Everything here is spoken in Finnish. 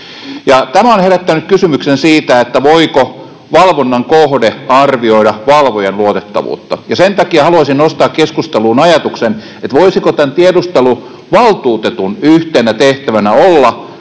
Tämä on herättänyt kysymyksen siitä, voiko valvonnan kohde arvioida valvojan luotettavuutta, ja sen takia haluaisin nostaa keskusteluun ajatuksen, voisiko tämän tiedusteluvaltuutetun yhtenä tehtävänä olla